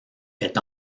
est